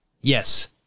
yes